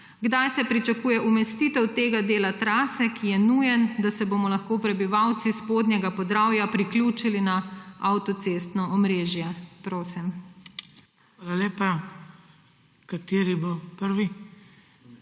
Kdaj se pričakuje umestitev tega dela trase, ki je nujen, da se bomo lahko prebivalci Spodnjega Podravja priključili na avtocestno omrežje? Prosim. **PODPREDSEDNIK BRANKO